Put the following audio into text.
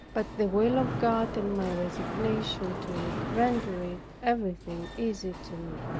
but the will of god and my resignation to it rendered everything easy to me.